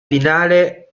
finale